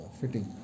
fitting